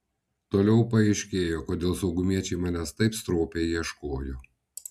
toliau paaiškėjo kodėl saugumiečiai manęs taip stropiai ieškojo